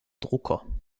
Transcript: drucker